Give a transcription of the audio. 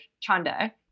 Chanda